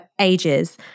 ages